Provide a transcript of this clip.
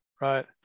right